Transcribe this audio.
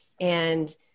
and-